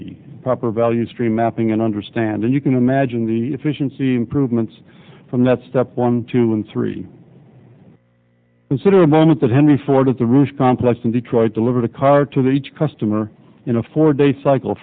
be proper value stream mapping and understand and you can imagine the efficiency improvements from that step one two and three consider a moment that henry ford at the rush complex in detroit delivered a car to each customer in a four day cycle